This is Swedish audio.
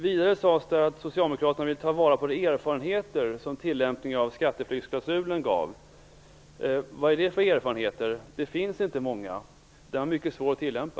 Vidare sades att socialdemokraterna vill ta vara på de erfarenheter som tillämpningen av skatteflyktsklausulen gav. Vilka erfarenheter är det? Det finns inte många sådana. Denna klausul var mycket svår att tillämpa.